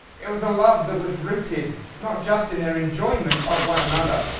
it was a love that was rooted, not just in their enjoyment of one another,